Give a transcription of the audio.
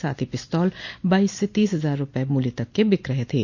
साथ ही पिस्तौल बाइस से तीस हजार रूपये मूल्य तक बिक रहे थे